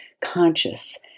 conscious